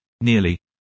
nearly